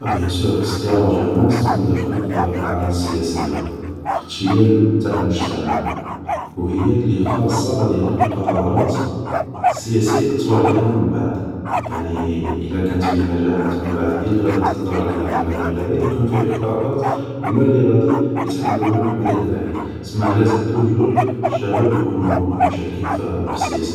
ها بانسور, خص قاع لاجوناس تكون داخلة في في, في الاعمال السياسية, خاطش هي اللب تاع المجتمع و هي لي خاصة هادوك القرارات غادي ياترو عليها من بعد, يعني الا كانت فيه نجاحات من بعد, هي لي غادي تاثر عليها على المدى البعيد, وكان فيه إخفاقات هوما لي غادي يتحملوها على المدى البعيد, سما لازم توجور الشباب يكونو مشاركين في السياسة